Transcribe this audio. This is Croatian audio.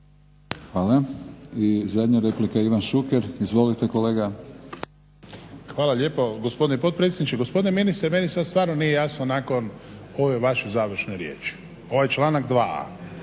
Hvala. I zadnja replika Ivan Šuker. Izvolite kolega. **Šuker, Ivan (HDZ)** Hvala lijepo gospodine potpredsjedniče. Gospodine ministre meni sada stvarno nije jasno nakon ove vaše završne riječi ovaj članak 2.a,